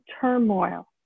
turmoil